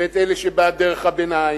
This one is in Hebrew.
ואת אלה שבעד דרך הביניים,